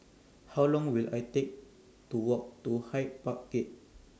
How Long Will I Take to Walk to Hyde Park Gate